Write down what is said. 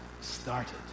started